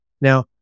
Now